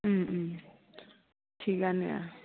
थिगानो